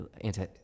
anti